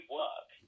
work